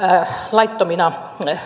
laittomina